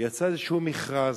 יצא איזשהו מכרז,